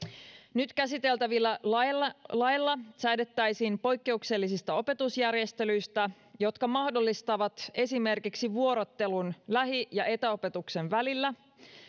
nyt käsiteltävillä laeilla laeilla säädettäisiin poikkeuksellisista opetusjärjestelyistä jotka mahdollistavat esimerkiksi vuorottelun lähi ja etäopetuksen välillä